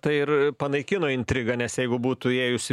tai ir panaikino intrigą nes jeigu būtų ėjusi